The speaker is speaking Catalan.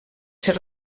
ser